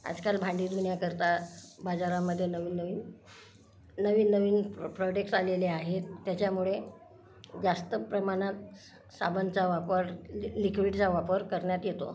आजकाल भांडी धुण्याकरता बाजारामध्ये नवीन नवीन नवीन नवीन प्रॉडेक्स आलेले आहेत त्याच्यामुळे जास्त प्रमाणात साबणचा वापर ल लिक्विडचा वापर करण्यात येतो